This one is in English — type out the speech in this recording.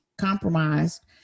compromised